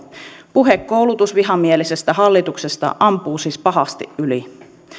puhe koulutusvihamielisestä hallituksesta ampuu siis pahasti yli